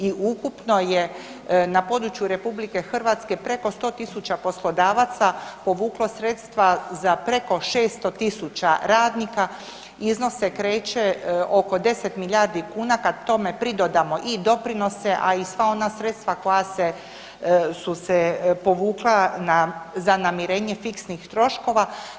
I ukupno je na području RH preko 100.000 poslodavaca povuklo sredstva za preko 600.000 radnika, iznos se kreće oko 10 milijardi kuna, kad tome pridodamo i doprinose, a i sva ona sredstva koja su se povukla za namirenje fiksnih troškova.